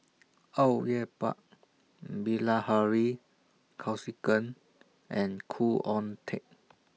Au Yue Pak Bilahari Kausikan and Khoo Oon Teik